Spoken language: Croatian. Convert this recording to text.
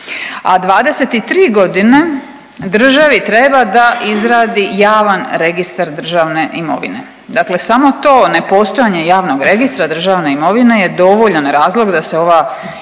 a 23 godine državi treba da izradi javan registar državne imovine. Dakle, samo to nepostojanje javnog registra državne imovine je dovoljan razlog da se ova izvješća